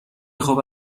خوب